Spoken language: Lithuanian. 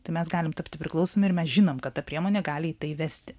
tai mes galim tapti priklausomi ir mes žinom kad ta priemonė gali į tai vesti